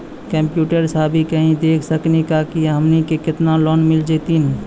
Computer सा भी कही देख सकी का की हमनी के केतना लोन मिल जैतिन?